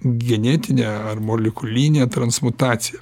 genetinę ar molekulinę transmutaciją